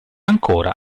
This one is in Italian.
ancora